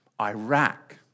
Iraq